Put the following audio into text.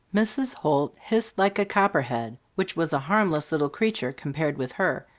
mrs. holt hissed like a copperhead, which was a harmless little creature compared with her,